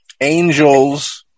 angels